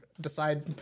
decide